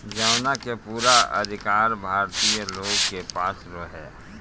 जवना के पूरा अधिकार भारतीय लोग के पास रहे